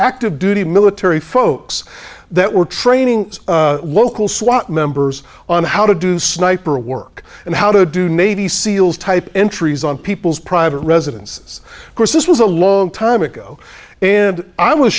active duty military folks that were training local swat members on how to do sniper work and how to do navy seals type entries on people's private residences of course this was a long time ago and i was